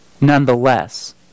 nonetheless